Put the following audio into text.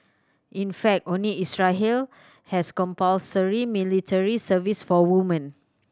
in fact only Israel has compulsory military service for women